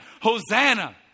Hosanna